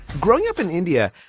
growing up in india,